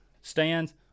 stands